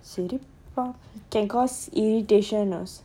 can cause can cause irritation also